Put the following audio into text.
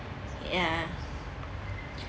yeah